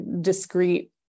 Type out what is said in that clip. discrete